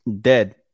Dead